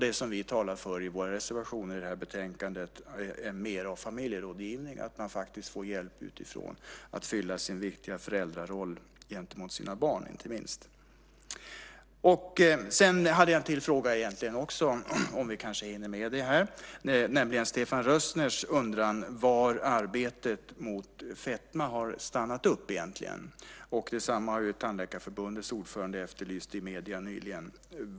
Det som vi talar för i våra reservationer i det här betänkandet är mer av familjerådgivning, att man faktiskt får hjälp utifrån med att fylla sin viktiga föräldraroll gentemot sina barn. Jag hade egentligen en till fråga, om vi kanske hinner med det, nämligen Stephan Rössners undran var arbetet mot fetma har stannat upp. Detsamma har Tandläkarförbundets ordförande efterlyst i medierna nyligen.